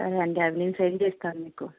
సరే అండి అది మీకు సెండ్ చేస్తాను మీకు